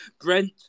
Brent